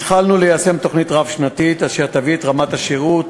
התחלנו ליישם תוכנית רב-שנתית אשר תביא את רמת השירות